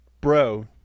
bro